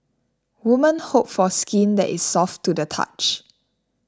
women hope for skin that is soft to the touch